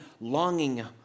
longing